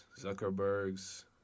Zuckerberg's